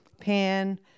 Pan